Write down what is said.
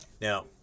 Now